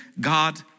God